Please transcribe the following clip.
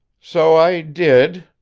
so i did,